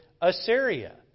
Assyria